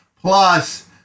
Plus